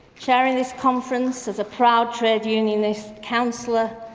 chairing this conference as a proud trade unionist, councillor,